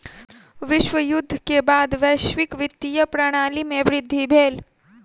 विश्व युद्ध के बाद वैश्विक वित्तीय प्रणाली में वृद्धि भेल